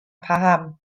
paham